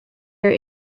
are